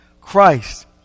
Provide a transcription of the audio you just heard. Christ